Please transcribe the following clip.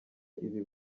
ibi